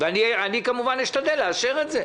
ואשתדל כמובן לאשר את זה.